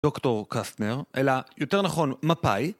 דוקטור קסטנר, אלא יותר נכון מפאי